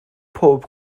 pob